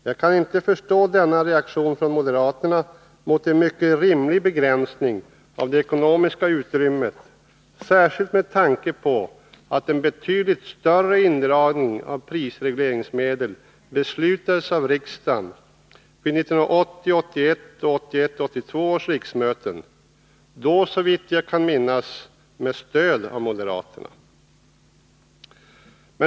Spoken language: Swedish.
Jag kan inte förstå denna reaktion från moderaterna mot en mycket rimlig begränsning av det ekonomiska utrymmet, särskilt med tanke på att en betydligt större indragning av prisregleringsmedel beslutades av riksdagen vid 1980 82 års riksmöten — då såvitt jag kan minnas med stöd av moderaterna.